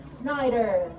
Snyder